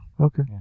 Okay